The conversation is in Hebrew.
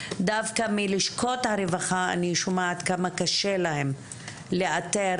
דווקא מלשכות הרווחה אני שומעת כמה קשה להם לאתר